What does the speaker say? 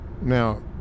Now